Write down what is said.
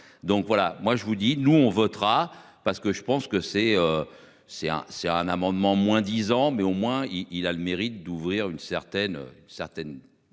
donc voilà moi je vous dis nous on votera parce que je pense que c'est. C'est un c'est un amendement moins 10 ans. Mais au moins il a le mérite d'ouvrir une certaine